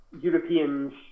Europeans